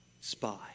spy